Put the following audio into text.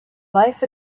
life